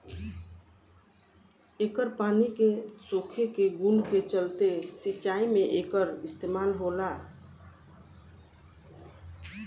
एकर पानी के सोखे के गुण के चलते सिंचाई में एकर इस्तमाल होला